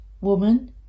Woman